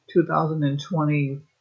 2020